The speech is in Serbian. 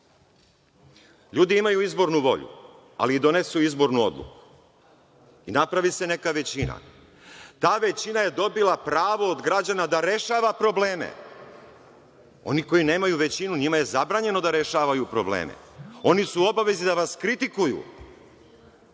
LJudi imaju izbornu volju, ali donesu i izbornu odluku i napravi se neka većina. Ta većina je dobila pravo od građana da rešava probleme, oni koji nemaju većinu njima je zabranjeno da rešavaju probleme. Oni su u obavezi da nas kritikuju,